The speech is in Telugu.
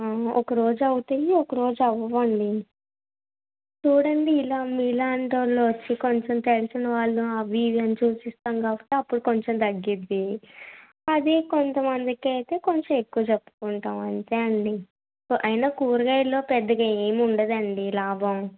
ఒక రోజు అవుతాయి ఒకరోజు అవవండీ చూడండి ఇలా మీలాంటి వాళ్ళు వచ్చి కొంచెం తెలిసినవాళ్ళు అవీ ఇవి అని చూసిస్తాము కాబట్టి అప్పుడు కొంచెం తగ్గుతుంది అదే కొంతమందికి అయితే కొంచెం ఎక్కువ చెప్పుకుంటాము అంతే అండి అయినా కూరగాయలలో పెద్దగా ఏం ఉండదండి లాభం